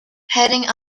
heading